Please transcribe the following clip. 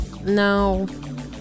No